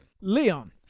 Leon